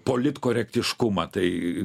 politkorektiškumą tai